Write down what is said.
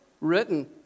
written